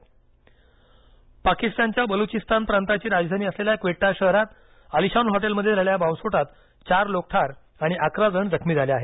पाकिस्तान बॉम्बस्फोट पाकिस्तानच्या बलुचिस्तान प्रांताची राजधानी असलेल्या क्वेटा शहरात आलिशान हॉटेलमध्ये झालेल्या बॉम्बस्फोटात चार लोक ठार आणि अकरा जण जखमी झाले आहेत